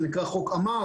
זה נקרא חוק אמ"ר,